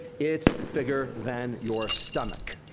it's bigger than your stomach.